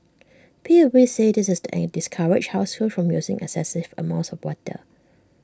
P U B said this is and discourage households from using excessive amounts of water